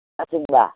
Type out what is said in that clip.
அப்படிங்களா